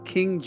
King